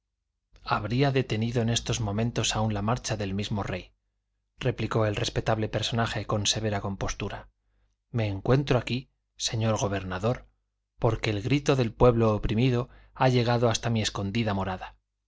habría detenido en estos momentos aun la marcha del mismo rey replicó el respetable personaje con severa compostura me encuentro aquí señor gobernador porque el grito del pueblo oprimido ha llegado hasta mi escondida morada